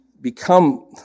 become